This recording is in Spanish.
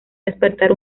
despertar